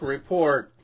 Report